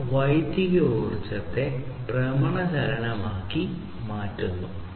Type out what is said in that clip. അവർ വൈദ്യുതോർജ്ജത്തെ ഭ്രമണ ചലനമാക്കി മാറ്റുന്നു